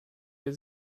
wir